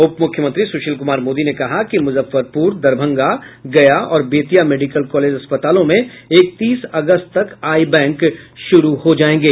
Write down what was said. उपमुख्यमंत्री सुशील क्मार मोदी ने कहा कि मुजफ्फरपूर दरभंगा गया और बेतिया मेडिकल कॉलेज अस्पतालों में इकतीस अगस्त तक आई बैंक शुरू हो जायेंगे